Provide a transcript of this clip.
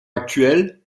actuelle